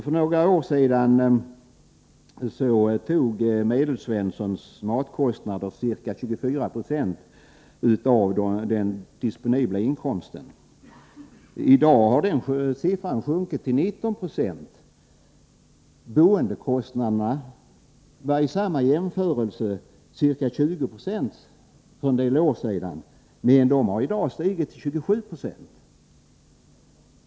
För några år sedan tog Medelsvenssons matkostnader ca 24 96 av den disponibla inkomsten. I dag har den siffran sjunkit till 1996. Boendekostnaderna var vid samma tid för några år sedan ca 20 26. Men dessa kostnader har i dag stigit till 2790.